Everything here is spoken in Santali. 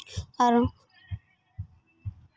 ᱟᱨᱚ